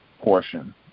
portion